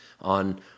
on